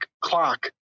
clock